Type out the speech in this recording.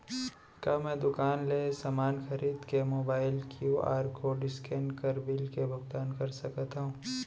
का मैं दुकान ले समान खरीद के मोबाइल क्यू.आर कोड स्कैन कर बिल के भुगतान कर सकथव?